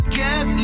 get